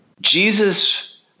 Jesus